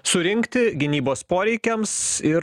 surinkti gynybos poreikiams ir